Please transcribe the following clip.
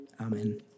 Amen